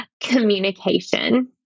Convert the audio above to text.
Communication